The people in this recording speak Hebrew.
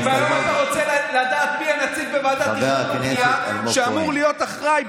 אם אתה רוצה לדעת מי הנציג בוועדת תכנון ובנייה שהיה אמור להיות אחראי,